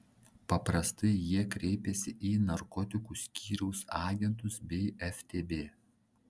paprastai jie kreipiasi į narkotikų skyriaus agentus bei į ftb